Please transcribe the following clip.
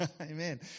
Amen